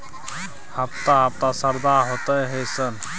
हफ्ता हफ्ता शरदा होतय है सर?